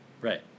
Right